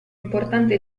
importante